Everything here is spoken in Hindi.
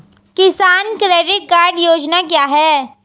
किसान क्रेडिट कार्ड योजना क्या है?